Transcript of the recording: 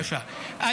בבקשה, בבקשה.